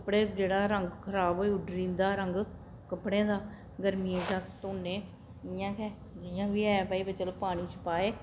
कपड़े जेह्डा रंग खराब होई उड्ढरी जंदा रंग कपड़ें दा गर्मियें च अस धोने इयां गै जियां बी ऐ भई चलो पानी च पाए